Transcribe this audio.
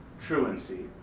Truancy